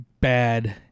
bad